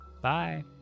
Bye